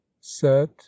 set